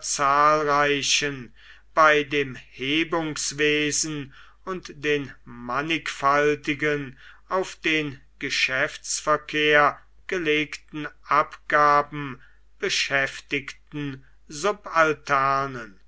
zahlreichen bei dem hebungswesen und den mannigfaltigen auf den geschäftsverkehr gelegten abgaben beschäftigten subalternen